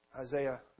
Isaiah